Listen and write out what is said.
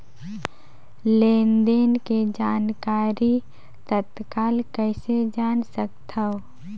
लेन देन के जानकारी तत्काल कइसे जान सकथव?